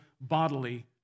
bodily